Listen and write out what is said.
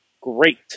great